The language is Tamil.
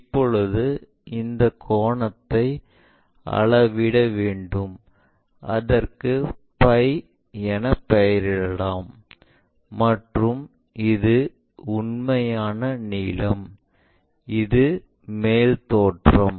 இப்பொழுது இந்த கோணத்தை அளவிட வேண்டும் அதற்கு ஃபை என்ன பெயரிடலாம் மற்றும் இது உண்மையான நீளம் இது மேல் தோற்றம்